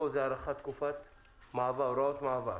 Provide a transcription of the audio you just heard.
פה זה הארכת תקופת הוראות מעבר.